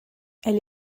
elle